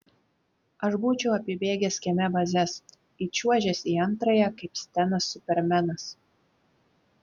aš būčiau apibėgęs kieme bazes įčiuožęs į antrąją kaip stenas supermenas